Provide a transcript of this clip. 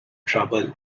troubles